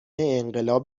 انقلاب